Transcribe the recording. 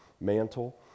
mantle